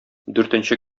дүртенче